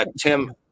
Tim